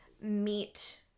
meet